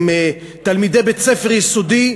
עם תלמידי בית-ספר יסודי,